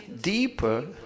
deeper